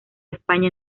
españa